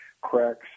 Cracks